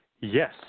Yes